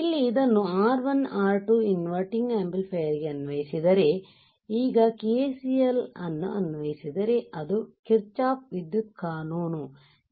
ಇಲ್ಲಿ ಇದನ್ನು R1 R2 inverting amplifier ಗೆ ಅನ್ವಯಿಸಿದರೆ ಈಗ K C L ಅನ್ನು ಅನ್ವಯಿಸಿದರೆ ಅದು ಕಿರ್ಚಾಫ್ ವಿದ್ಯುತ್ ಕಾನೂನು